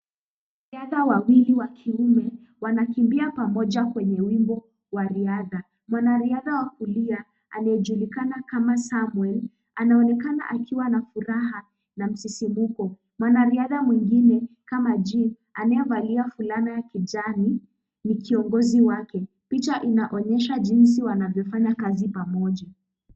Wanariadha wawili wa kiume wanakimbia pamoja kwa muundo wa riadha. Mwanariadha wa kulia anayejulikana kama Samuel anaonekana akiwa na furaha na msisimuko. Mwanariadha mwingine kama Jean, aliyevalia fulana ya kijani ni kiongozi wake. Picha inaonyesha jinsi wanavyofanya kazi pamoja.